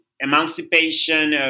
emancipation